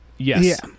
yes